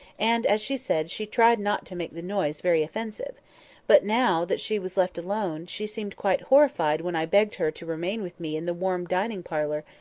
and, as she said, she tried not to make the noise very offensive but now that she was left alone, she seemed quite horrified when i begged her to remain with me in the warm dining-parlour,